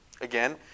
Again